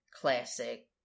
classic